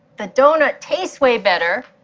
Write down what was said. the donut tastes way better,